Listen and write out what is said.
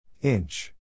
Inch